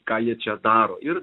ką jie čia daro ir